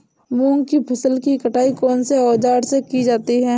मूंग की फसल की कटाई कौनसे औज़ार से की जाती है?